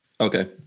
Okay